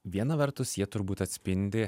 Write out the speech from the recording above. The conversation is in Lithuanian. viena vertus jie turbūt atspindi